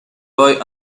boy